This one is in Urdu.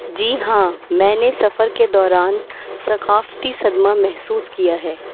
جی ہاں میں نے سفر کے دوران ثقافتی صدمہ محسوس کیا ہے